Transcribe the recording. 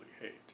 hate